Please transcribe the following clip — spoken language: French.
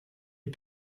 est